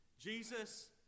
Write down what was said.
Jesus